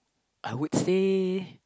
I would say